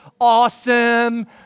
awesome